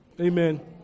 Amen